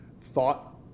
thought